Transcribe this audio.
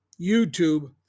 YouTube